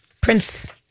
Prince